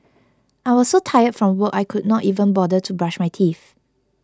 I was so tired from work I could not even bother to brush my teeth